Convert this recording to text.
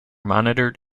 monitored